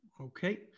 Okay